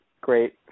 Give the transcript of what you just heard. great